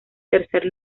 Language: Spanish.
tercer